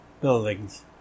buildings